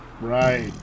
Right